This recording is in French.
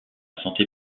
santé